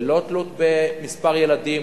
ללא תלות במספר ילדים,